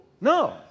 No